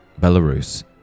Belarus